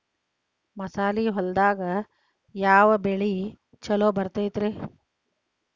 ಮಸಾರಿ ಹೊಲದಾಗ ಯಾವ ಬೆಳಿ ಛಲೋ ಬರತೈತ್ರೇ?